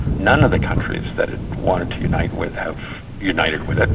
none of the countries that it wanted to unite with have united with it.